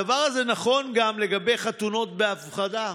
הדבר הזה נכון גם לגבי חתונות בהפרדה,